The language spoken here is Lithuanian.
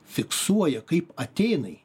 fiksuoja kaip atėnai